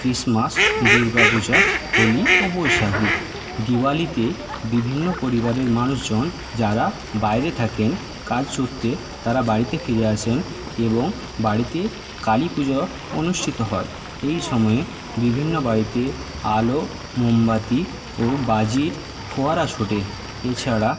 Christmas Durga Puja Holi ও বৈশাখি দিওয়ালিতে বিভিন্ন পরিবারের মানুষজন যারা বাইরে থাকেন কাজসূত্রে তারা বাড়িতে ফিরে আসেন এবং বাড়িতে কালি পূজো অনুষ্ঠিত হয় এই সময়ে বিভিন্ন বাড়িতে আলো মোমবাতি ও বাজির ফোয়ারা ছোটে এ ছাড়া